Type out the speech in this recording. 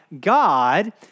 God